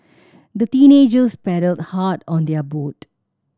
the teenagers paddled hard on their boat